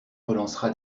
relancera